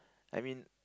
I mean